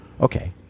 okay